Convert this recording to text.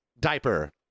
diaper